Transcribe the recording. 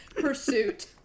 pursuit